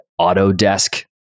Autodesk